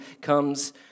comes